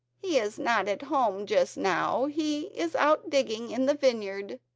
he is not at home just now, he is out digging in the vineyard.